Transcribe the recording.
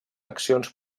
accions